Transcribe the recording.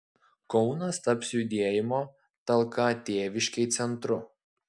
kaunas taps judėjimo talka tėviškei centru